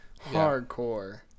Hardcore